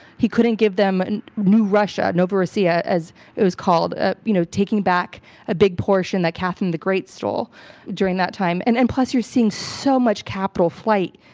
he couldn't give them and new russia, novorossiya as it was called, ah you know, taking back a big portion that catherine the great stole during that time. and and plus you're seeing so much capital flight,